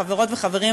חברות וחברים,